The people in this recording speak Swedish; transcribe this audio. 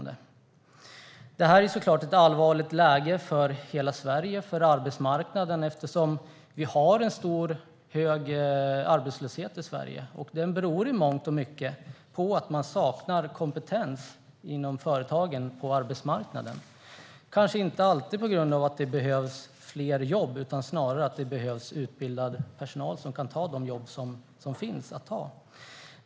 Detta är såklart ett allvarligt läge för hela landet och för arbetsmarknaden eftersom vi har en hög arbetslöshet i Sverige. Den beror i mångt och mycket på att företagen inte får tag i rätt kompetens på arbetsmarknaden. Det kanske inte alltid behövs fler jobb, utan det kan snarare behövas utbildad personal som kan ta de jobb som finns att ta.